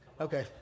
Okay